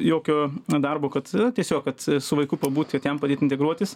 jokio darbo kad tiesiog kad su vaiku pabūt kad jam padėt integruotis